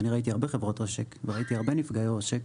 ואני ראיתי הרבה חברות עושק וראיתי הרבה נפגעי עושק,